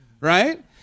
right